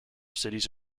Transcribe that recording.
cities